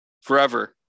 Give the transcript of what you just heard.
forever